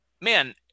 man